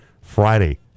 Friday